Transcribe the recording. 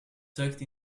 tucked